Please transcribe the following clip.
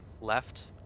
left